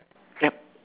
yup